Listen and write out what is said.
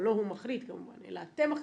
אבל לא הוא מחליט כמובן אלא אתם מחליטים,